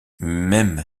même